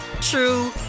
true